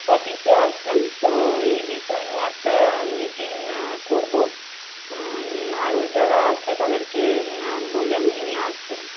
অফিসে আসবেন তো এই বিষয় নিয়ে একটা মিটিং করবো আরো যারা আছে তাদেরকে বলে নিয়ে আসবেন